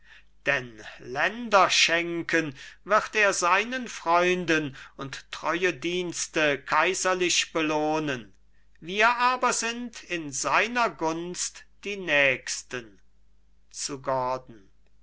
denn länder schenken wird er seinen freunden und treue dienste kaiserlich belohnen wir aber sind in seiner gunst die nächsten zu